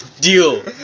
deal